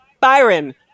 Byron